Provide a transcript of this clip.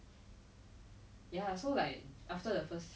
cause I cannot afford to take your job that only pays me six hundred dollars for it